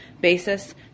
basis